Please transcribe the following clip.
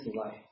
life